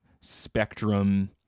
spectrum